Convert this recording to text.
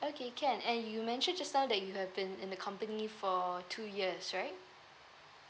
okay can and you mentioned just now that you have been in the company for two years right